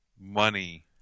money